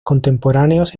contemporáneos